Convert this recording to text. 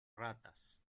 ratas